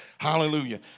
Hallelujah